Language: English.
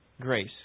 grace